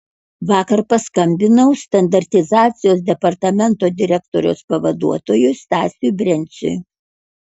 vakar paskambinau standartizacijos departamento direktoriaus pavaduotojui stasiui brenciui